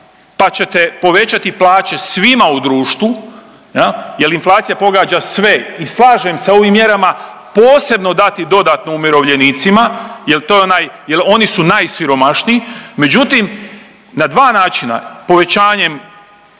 pa ćete povećati plaće svima u društvu jer inflacija pogađa sve. I slažem se ovim mjerama posebno dati dodatno umirovljenicima, jer to je onaj, jer oni su najsiromašniji. Međutim na dva načina povećanjem